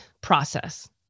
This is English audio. process